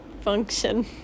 function